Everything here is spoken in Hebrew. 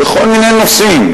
בכל מיני נושאים.